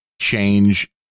change